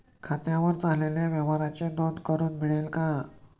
खात्यावर झालेल्या व्यवहाराची नोंद करून मिळेल का?